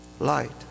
light